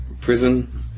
prison